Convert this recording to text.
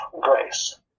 grace